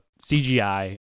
CGI